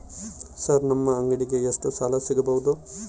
Sir ನಮ್ಮ ಅಂಗಡಿಗೆ ಎಷ್ಟು ಸಾಲ ಸಿಗಬಹುದು?